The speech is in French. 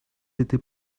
était